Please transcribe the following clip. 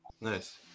Nice